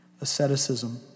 Asceticism